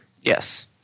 Yes